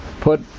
put